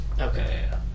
Okay